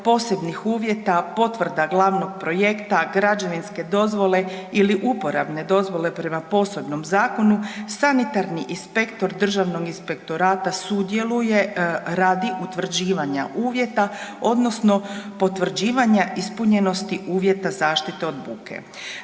posebnih uvjeta, potvrda glavnog projekta, građevinske dozvole ili uporabne dozvole prema posebnom zakonu sanitarni inspektor Državnog inspektorata sudjeluje radi utvrđivanja uvjeta odnosno potvrđivanja ispunjenosti uvjeta zaštite od buke.